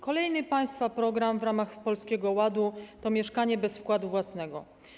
Kolejny państwa program w ramach Polskiego Ładu to „Mieszkanie bez wkładu własnego”